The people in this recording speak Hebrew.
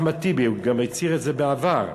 ה"חמאס" ביהודה ושומרון כמעט זהה לכוח של ארגון "אל-פתח".